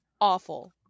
awful